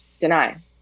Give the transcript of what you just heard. deny